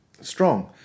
strong